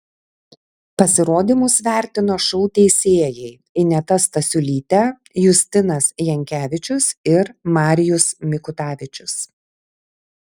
pasirodymus vertino šou teisėjai ineta stasiulytė justinas jankevičius ir marijus mikutavičius